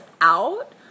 out